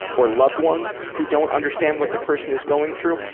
or loved ones who don't understand what the person is going through,